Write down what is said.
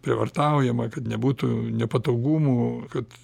prievartaujama kad nebūtų nepatogumų kad